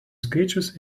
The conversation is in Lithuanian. skaičius